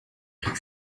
krieg